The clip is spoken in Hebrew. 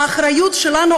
האחריות שלנו,